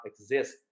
exist